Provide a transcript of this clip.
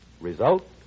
Result